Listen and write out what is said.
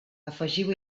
afegiu